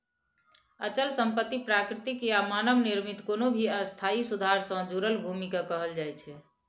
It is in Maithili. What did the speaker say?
अचल संपत्ति प्राकृतिक या मानव निर्मित कोनो भी स्थायी सुधार सं जुड़ल भूमि कें कहल जाइ छै